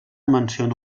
menciona